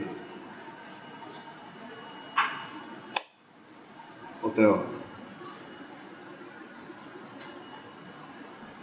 hotel ah